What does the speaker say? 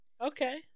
Okay